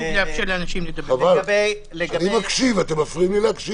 אתם מפריעים לדבר.